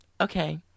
Okay